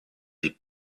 die